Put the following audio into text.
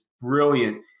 brilliant